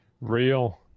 real